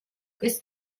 ist